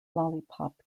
lollipop